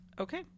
Okay